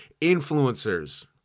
influencers